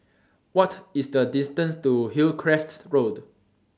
What IS The distance to Hillcrest Road